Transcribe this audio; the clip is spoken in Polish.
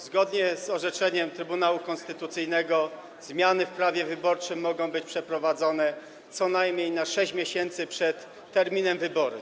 Zgodnie z orzeczeniem Trybunału Konstytucyjnego zmiany w prawie wyborczym mogą być przeprowadzone co najmniej na 6 miesięcy przed terminem wyborów.